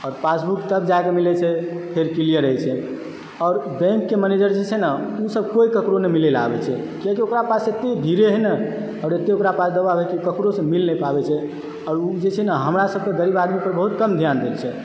आओर पासबुक तब जाके मिलय छै फेर क्लियर होइत छै आओर बैंकके मैनेजर जे छै न ओसभ कोइ ककरो नहि मिलयलऽ आबैत छै किआकि ओकरा पास एतय भिड़य है न आओर एतय ओकरा पास दवाब है की ओ ककरोसँ मिल नहि पाबैत छै आओर ओ जे छै न हमरासभके गरीब आदमी पर बहुत कम ध्यान दैत छै